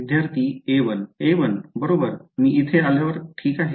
विद्यार्थीa1 a1 बरोबरमी इथे आल्यावर ठीक आहे